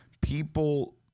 people